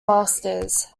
masters